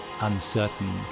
uncertain